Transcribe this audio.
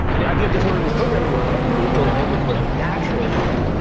the idea of disorderly programming was what if i gave you a language where the natural mode,